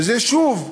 וזה שוב,